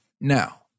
Now